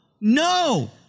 no